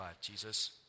Jesus